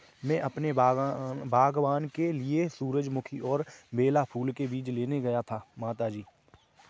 मैं अपने बागबान के लिए सूरजमुखी और बेला फूल के बीज लेने गया था मामा जी